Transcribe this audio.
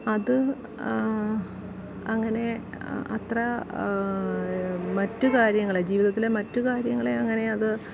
അത് അങ്ങനെ അത്ര മറ്റ് കാര്യങ്ങളെ ജീവിതത്തിലെ മറ്റു കാര്യങ്ങളെ അങ്ങനെ അത്